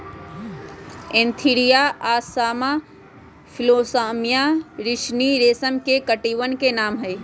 Antheraea assama Philosamia ricini रेशम के कीटवन के नाम हई